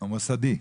המוסדי.